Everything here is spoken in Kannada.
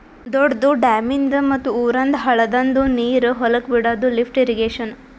ದೊಡ್ದು ಡ್ಯಾಮಿಂದ್ ಮತ್ತ್ ಊರಂದ್ ಹಳ್ಳದಂದು ನೀರ್ ಹೊಲಕ್ ಬಿಡಾದು ಲಿಫ್ಟ್ ಇರ್ರೀಗೇಷನ್